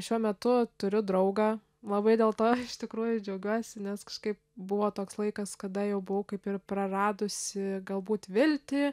šiuo metu turiu draugą labai dėl to iš tikrųjų džiaugiuosi nes kažkaip buvo toks laikas kada jau buvau kaip ir praradusi galbūt viltį